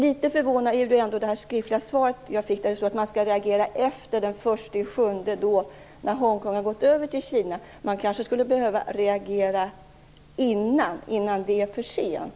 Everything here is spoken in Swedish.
Formuleringen i det skriftliga svar som jag fick om att man skall reagera efter den 1 juli, då Hongkong har gått över till Kina, är ändå litet förvånande. Man kanske skulle behöva reagera tidigare, innan det är för sent.